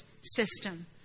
system